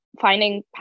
finding